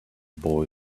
boy